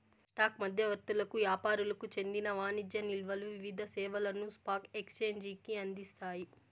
stock మధ్యవర్తులకు యాపారులకు చెందిన వాణిజ్య నిల్వలు వివిధ సేవలను స్పాక్ ఎక్సేంజికి అందిస్తాయి